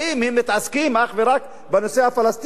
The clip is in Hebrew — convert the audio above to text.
הם מתעסקים אך ורק בנושא הפלסטיני,